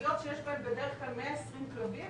כלביות שיש בהן בדרך כלל 120 כלבים,